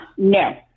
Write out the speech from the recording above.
No